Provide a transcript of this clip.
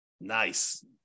Nice